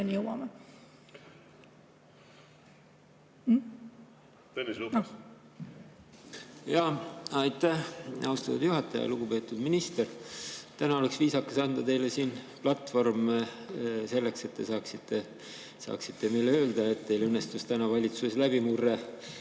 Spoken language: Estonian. jõuame. Tõnis Lukas. Aitäh, austatud juhataja! Lugupeetud minister! Täna oleks viisakas anda teile siin platvorm selleks, et te saaksite meile öelda, et teil õnnestus valitsuses läbimurre